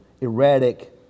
erratic